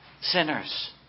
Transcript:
sinners